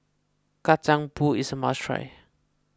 Kacang Pool is a must try